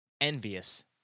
envious